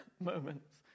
moments